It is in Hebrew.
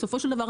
בסופו של דבר,